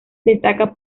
destaca